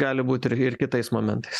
gali būti ir ir kitais momentais